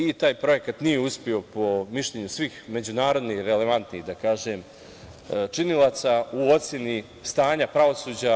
I taj projekat nije uspeo po mišljenju svih međunarodnih relevantnih činilaca u oceni stanja pravosuđa.